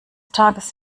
tages